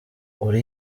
uri